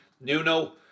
nuno